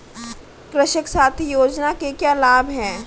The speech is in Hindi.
कृषक साथी योजना के क्या लाभ हैं?